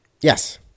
Yes